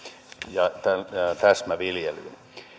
ja täsmäviljelyyn